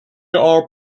are